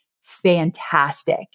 fantastic